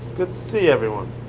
good to see everyone.